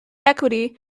equity